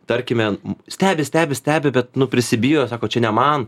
tarkime stebi stebi stebi bet nu prisibijo sako čia ne man